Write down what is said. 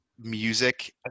music